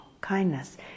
kindness